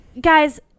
guys